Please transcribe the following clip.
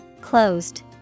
Closed